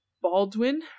Baldwin